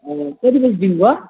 ए कति बजीदेखिन्को